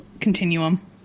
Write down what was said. continuum